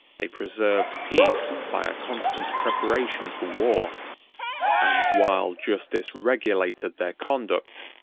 they preserved peace by a constant preparation for war and while justice regulated their conduct,